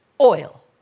Oil